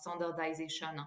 standardization